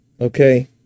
Okay